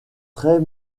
très